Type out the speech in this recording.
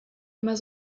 immer